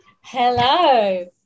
Hello